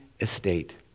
estate